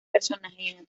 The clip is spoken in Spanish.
personajes